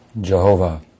Jehovah